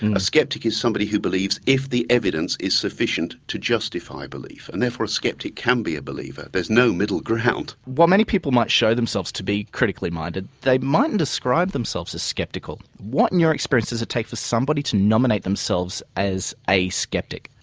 and a skeptic is somebody who believes if the evidence is sufficient to justify belief. and therefore a skeptic can be a believer, there's no middle ground. while many people might show themselves to be critically minded they mightn't describe themselves as skeptical. what, in your experience, does it take for somebody to nominate themselves as a skeptic?